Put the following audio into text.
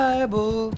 Bible